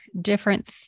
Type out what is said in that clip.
different